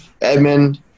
Edmund